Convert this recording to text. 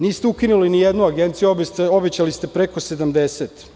Niste ukinuli ni jednu agenciju a obećali ste preko 70.